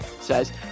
says